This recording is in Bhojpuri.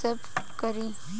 सेभ करीं?